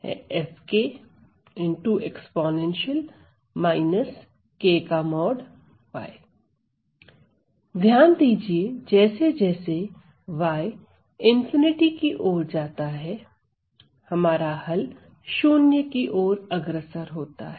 y ध्यान दीजिए जैसे जैसे y ∞ की ओर जाता है हमारा हल शून्य की ओर अग्रसर होता है